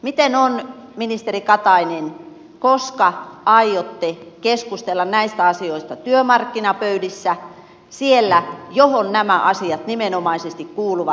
miten on ministeri katainen koska aiotte keskustella näistä asioista työmarkkinapöydissä siellä mihin nämä asiat nimenomaisesti kuuluvat